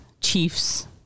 chief's